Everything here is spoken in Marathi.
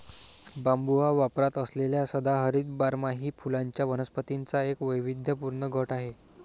बांबू हा वापरात असलेल्या सदाहरित बारमाही फुलांच्या वनस्पतींचा एक वैविध्यपूर्ण गट आहे